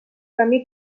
camí